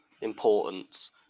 importance